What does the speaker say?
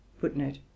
Footnote